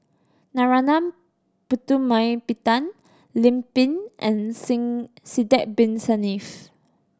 Narana Putumaippittan Lim Pin and Sidek Bin Saniff